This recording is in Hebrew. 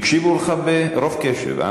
הקשיבו לך ברוב קשב.